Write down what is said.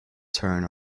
turn